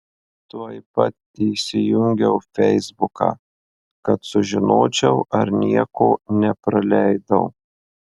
tuoj pat įsijungiau feisbuką kad sužinočiau ar nieko nepraleidau